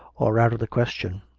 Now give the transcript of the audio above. are out of the question.